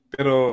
pero